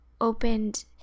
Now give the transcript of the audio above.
opened